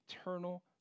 eternal